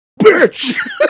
Bitch